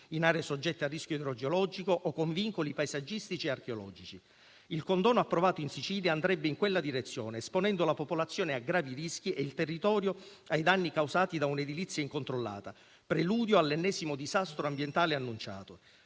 in aree soggette a rischio idrogeologico o con vincoli paesaggistici e archeologici. Il condono approvato in Sicilia andrebbe in quella direzione, esponendo la popolazione a gravi rischi e il territorio ai danni causati da un'edilizia incontrollata, preludio all'ennesimo disastro ambientale annunciato.